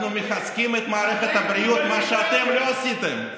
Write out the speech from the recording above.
אנחנו מחזקים את מערכת הבריאות, מה שאתם לא עשיתם.